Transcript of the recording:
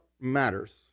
matters